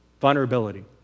vulnerability